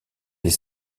des